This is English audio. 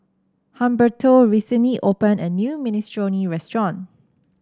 Humberto recently opened a new Minestrone restaurant